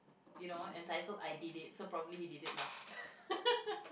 you know entitled I did it so probably he did it lah